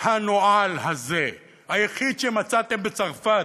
הנואל הזה, היחיד שמצאתם בצרפת,